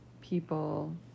people